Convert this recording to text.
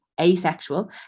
asexual